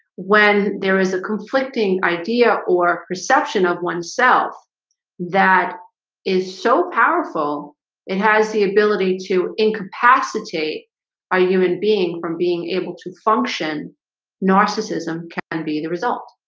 when there is a conflicting idea or perception of oneself that is so powerful it has the ability to incapacitate a human being from being able to function narcissism can be the result